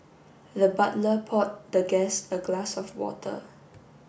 the butler poured the guest a glass of water